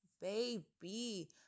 baby